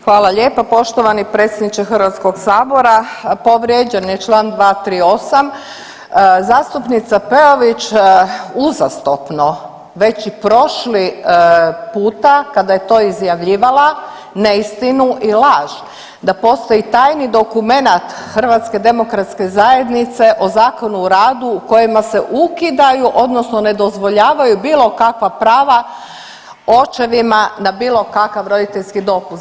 Hvala lijepa poštovani predsjedniče Hrvatskog sabora, povrijeđen je Član 238., zastupnica Peović uzastopno već i prošli puta kada je to izjavljivala neistinu i laž da postoji tajni dokumenat HDZ-a o Zakonu o radu kojima se ukidaju odnosno ne dozvoljavaju bilo kakva prava očevima na bilo kakav roditeljski dopust.